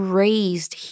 raised